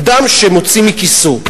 אדם שמוציא מכיסו,